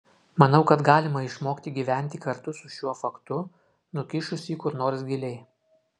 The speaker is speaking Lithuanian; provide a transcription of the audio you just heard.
manau kad galima išmokti gyventi kartu su šiuo faktu nukišus jį kur nors giliai